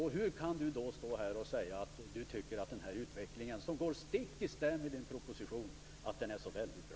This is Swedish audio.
Hur kan du då stå här och säga att du tycker att den här utvecklingen, som går stick i stäv med din proposition, är så väldigt bra?